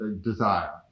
desire